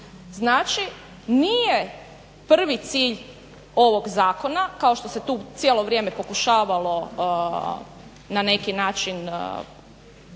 Znači nije prvi cilj ovog zakona kao što se tu cijelo vrijeme pokušavalo na neki način